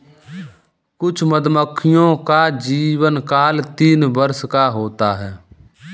कुछ मधुमक्खियों का जीवनकाल तीन वर्ष का होता है